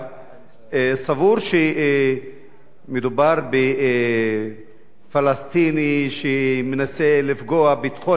סבור שמדובר בפלסטיני שמנסה לפגוע בביטחון מדינת ישראל.